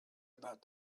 about